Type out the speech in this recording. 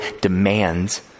demands